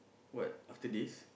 what after this